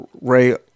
Ray